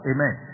Amen